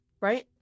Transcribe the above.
right